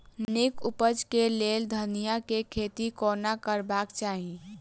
नीक उपज केँ लेल धनिया केँ खेती कोना करबाक चाहि?